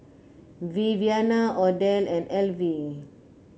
Viviana Odell and Elvie